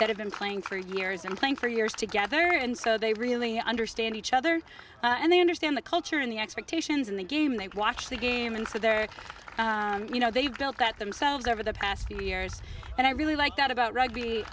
that have been playing for years and playing for years together and so they really understand each other and they understand the culture and the expectations in the game they watch the game and so they're you know they've built that themselves over the past few years and i really like that about rugby